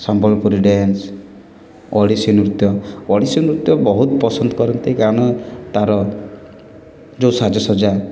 Sambalpuri dance Odissi ନୃତ୍ୟ ଓଡ଼ିଶୀ ନୃତ୍ୟ ବହୁତ ପସନ୍ଦ କରନ୍ତି କାରଣ ତା'ର ଯେଉଁ ସାଜସଜ୍ଜା